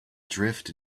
drift